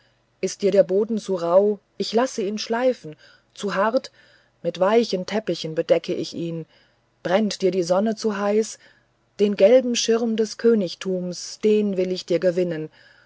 ist dir der boden zu rauh ich lasse ihn schleifen zu hart mit weichen teppichen decke ich ihn dir brennt dir die sonne zu heiß den gelben schirm des königtums den will ich dir gewinnen